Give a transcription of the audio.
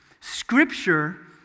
Scripture